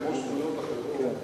כמו זכויות אחרות,